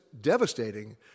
devastating